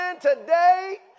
today